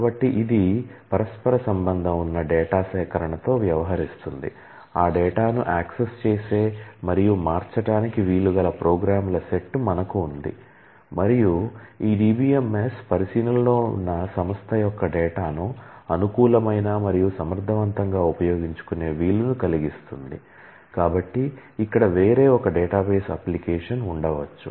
కాబట్టి ఇది పరస్పర సంబంధం ఉన్న డేటా ఉండవచ్చు